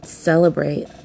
Celebrate